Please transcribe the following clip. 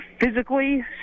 physically